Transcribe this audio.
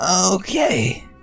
okay